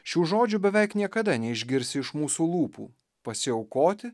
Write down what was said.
šių žodžių beveik niekada neišgirsi iš mūsų lūpų pasiaukoti